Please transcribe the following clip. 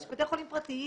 זה בתי חולים פרטיים.